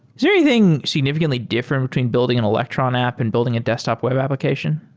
is there anything signifi cantly different between building an electron app and building a desktop web application?